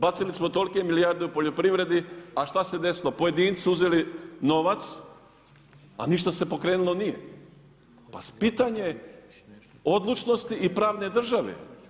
Bacili smo tolike milijarde u poljoprivredi, a šta se desilo pojedinci su uzeli novac, a ništa se pokrenulo nije, aa pitanje odlučnosti i pravne države.